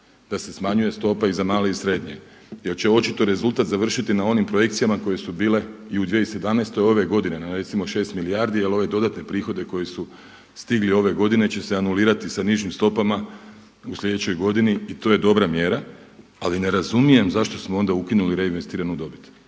da se smanjuje stopa i za male i srednje jer će očito rezultat završiti na onim projekcijama koje su bile i u 2017. ove godine na recimo 6 milijardi jer ove dodatne prihode koji su stigli ove godine će se anulirati sa nižim stopama u slijedećoj godini i to je dobra mjera. Ali ne razumijem zašto smo onda ukinuli reinvestiranu dobit.